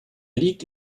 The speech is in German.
liegt